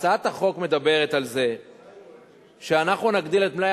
הצעת החוק מדברת על זה שאנחנו נגדיל את מלאי